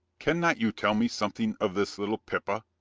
cannot you tell me something of this little pippa,